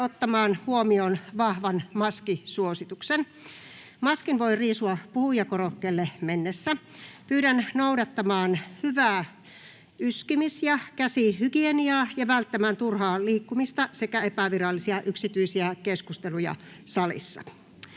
ottamaan huomioon vahvan maskisuosituksen. Maskin voi riisua puhujakorokkeelle mennessä. Pyydän noudattamaan hyvää yskimis- ja käsihygieniaa ja välttämään turhaa liikkumista sekä epävirallisia yksityisiä keskusteluja salissa.